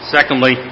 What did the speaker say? Secondly